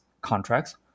contracts